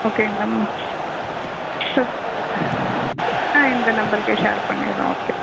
ஓகேங்களா ma'am so ஆ இந்த நம்பர்க்கே ஷேர் பண்ணிடலாம் ஓகே